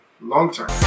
long-term